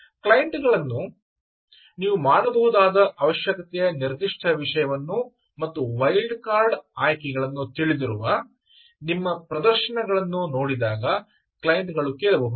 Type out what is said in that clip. ಕ್ಲೈಂಟ್ಗಳನ್ನು ನೀವು ಮಾಡಬಹುದಾದ ಅವಶ್ಯಕತೆಯ ನಿರ್ದಿಷ್ಟ ವಿಷಯವನ್ನು ಮತ್ತು ವೈಲ್ಡ್ ಕಾರ್ಡ್ ಆಯ್ಕೆಗಳನ್ನು ತಿಳಿದಿರುವ ನಿಮ್ಮ ಪ್ರದರ್ಶನಗಳನ್ನು ನೋಡಿದಾಗ ಕ್ಲೈಂಟ್ ಗಳು ಕೇಳಬಹುದು